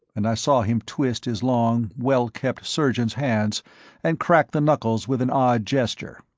and i saw him twist his long well-kept surgeon's hands and crack the knuckles with an odd gesture.